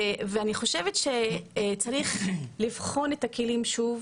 ואני חושבת שצריך לבחון את הכלים שוב,